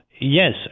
yes